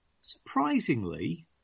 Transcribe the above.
Surprisingly